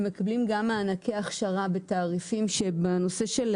הם מקבלים גם מענקי הכשרה בתעריפים שבנושא של,